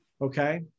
okay